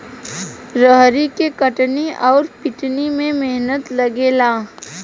रहरी के कटनी अउर पिटानी में मेहनत लागेला